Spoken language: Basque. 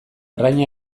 arraina